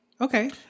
Okay